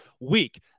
week